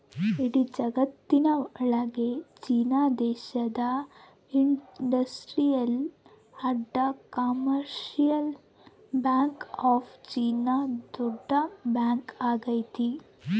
ಇಡೀ ಜಗತ್ತಿನ ಒಳಗ ಚೀನಾ ದೇಶದ industrial and commercial bank of China ದೊಡ್ಡ ಬ್ಯಾಂಕ್ ಆಗೈತೆ